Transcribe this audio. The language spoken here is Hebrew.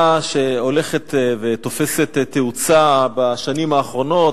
זו שיטה שהולכת ותופסת תאוצה בשנים האחרונות,